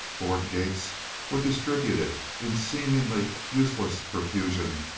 board gates were distributed in seemingly useless profusion,